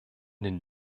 den